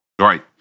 Right